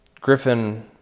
Griffin